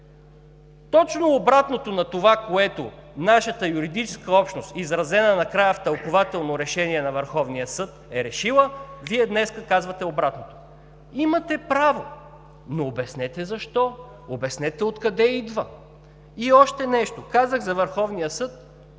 Точно обратното на това, което нашата юридическа общност, изразено накрая в тълкувателно решение на Върховния съд, е решила! Вие днес казвате обратното! Имате право, но обяснете защо, обяснете откъде идва. И още нещо. Казах за Върховния съд.